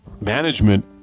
Management